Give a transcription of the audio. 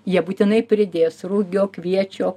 jie būtinai pridės rugio kviečio